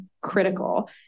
critical